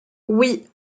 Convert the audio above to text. oui